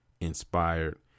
inspired